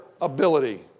ability